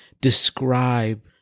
describe